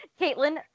Caitlin